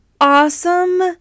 awesome